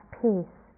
peace